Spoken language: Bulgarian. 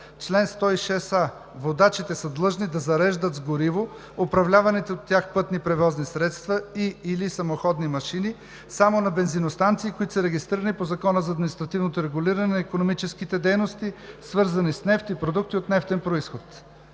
„Чл. 106а. Водачите са длъжни да зареждат с гориво управляваните от тях пътни превозни средства и/или самоходни машини само на бензиностанции, които са регистрирани по Закона за административното регулиране на икономически дейности, свързани с нефт и продукти от нефтен произход.